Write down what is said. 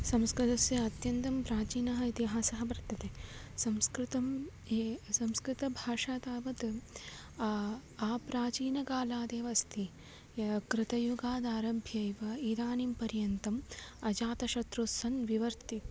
संस्कृतस्य अत्यन्तं प्राचीनः इतिहासः वर्तते संस्कृतं ये संस्कृतभाषा तावद् आप्राचीनकालादेव अस्ति कृतयुगादारभ्यैव इदानीं पर्यन्तम् अजातशत्रुस्सन् विवर्ति